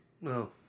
No